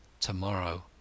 Tomorrow